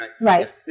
right